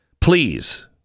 Please